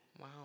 Wow